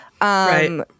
Right